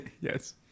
Yes